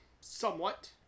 Somewhat